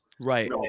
Right